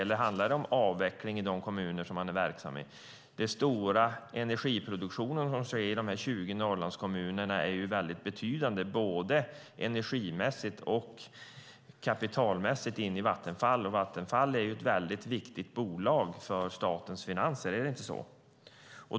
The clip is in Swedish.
Eller handlar det om avveckling i de kommuner som man är verksam i? Den stora energiproduktionen i dessa 20 Norrlandskommuner är betydande både energimässigt och kapitalmässigt för Vattenfall, och Vattenfall är ett mycket viktigt bolag för statens finanser. Är det inte så?